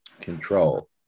control